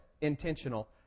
Intentional